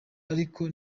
ariko